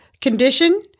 condition